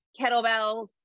kettlebells